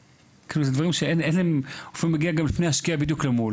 לפעמים הוא מגיע בדיוק לפני השקיעה בדיוק למול